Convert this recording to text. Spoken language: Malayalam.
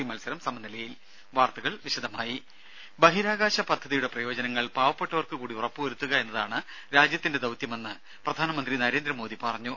സി മത്സരം സമനിലയിൽ വാർത്തകൾ വിശദമായി ബഹിരാകാശ പദ്ധതിയുടെ പ്രയോജനങ്ങൾ പാവപ്പെട്ടവർക്ക് കൂടി ഉറപ്പുവരുത്തുക എന്നതാണ് രാജ്യത്തിന്റെ ദൌത്യമെന്ന് പ്രധാനമന്ത്രി നരേന്ദ്രമോദി പറഞ്ഞു